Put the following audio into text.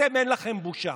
אתם, אין לכם בושה.